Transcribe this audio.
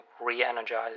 re-energize